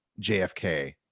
JFK